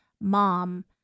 mom